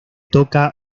toca